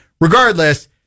Regardless